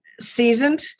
seasoned